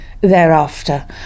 thereafter